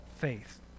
faith